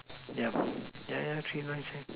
yeah yeah yeah three lines leh